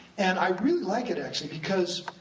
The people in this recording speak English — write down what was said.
and i really like it actually, because,